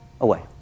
away